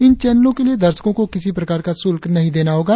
इन चैनलों के लिए दर्शकों को किसी प्रकार का शुल्क नहीं देना होगा